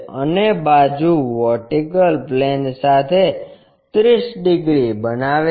અને બાજુ vertical plane સાથે 30 ડિગ્રી બનાવે છે